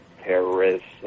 terrorists